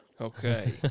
Okay